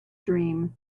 dream